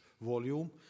volume